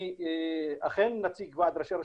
אני אכן נציג ועד ראשי הרשויות,